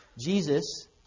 Jesus